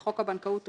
לחוק הבנקאות (רישוי),